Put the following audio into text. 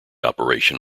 operation